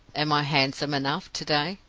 am i handsome enough, to-day?